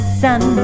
sun